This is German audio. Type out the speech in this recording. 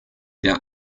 der